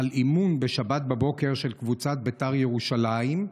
על אימון בשבת בבוקר של קבוצת בית"ר ירושלים,